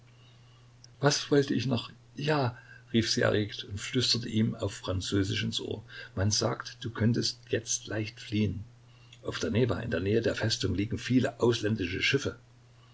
was wollte ich noch ja rief sie erregt und flüsterte ihm auf französisch ins ohr man sagt du könntest jetzt leicht fliehen auf der newa in der nähe der festung liegen viele ausländische schiffe